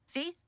See